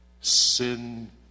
sin